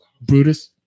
Brutus